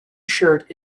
shirt